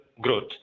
growth